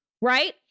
right